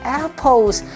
apples